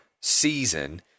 season